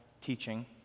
teaching